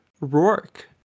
Rourke